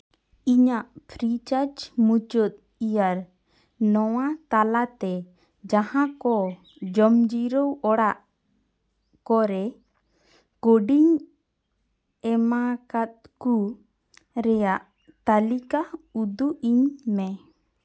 ᱤᱧᱟᱹᱜ ᱯᱷᱨᱤᱪᱟᱨᱡᱽ ᱢᱩᱪᱟᱹᱫ ᱤᱭᱟᱨ ᱱᱚᱣᱟ ᱛᱟᱞᱟᱛᱮ ᱡᱟᱦᱟᱸ ᱠᱚ ᱡᱚᱢᱡᱤᱨᱟᱹ ᱚᱲᱟᱜ ᱠᱚᱨᱮ ᱠᱟᱹᱣᱰᱤᱧ ᱮᱢᱟᱠᱟᱫ ᱠᱚ ᱨᱮᱭᱟᱜ ᱛᱟᱹᱞᱤᱠᱟ ᱩᱫᱩᱜ ᱟᱹᱧ ᱢᱮ